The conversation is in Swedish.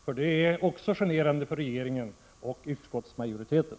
Hantering av frågan är generande både för regeringen och för utskottsmajoriteten.